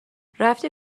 رفتی